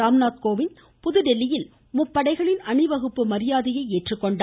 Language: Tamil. ராம்நாத் கோவிந்த் புதுதில்லியில் முப்படைகளின் அணிவகுப்பு மரியாதையை ஏற்றுக்கொண்டார்